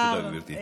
תודה, גברתי.